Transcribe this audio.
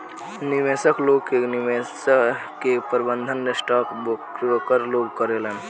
निवेशक लोग के निवेश के प्रबंधन स्टॉक ब्रोकर लोग करेलेन